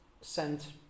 sent